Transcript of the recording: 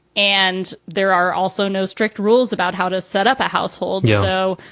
and there are also no strict rules about how to setup a household. you know,